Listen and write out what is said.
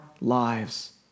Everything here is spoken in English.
lives